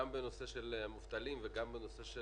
גם בנושא של מובטלים וגם בנושא של